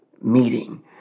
meeting